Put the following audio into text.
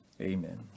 Amen